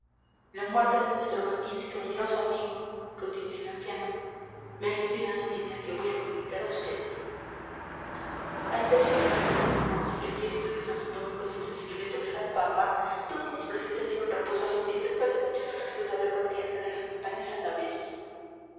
la muerte de nuestro valiente y caballeroso amigo continuó el anciano me ha inspirado una idea que voy a comunicar a vds a excepción del capellán de monjas que hacía estudios anatómicos en el esqueleto de la pava todos los presentes dieron reposo a los dientes para escuchar al respetable patriarca de las montañas alavesas